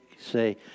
say